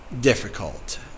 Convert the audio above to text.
difficult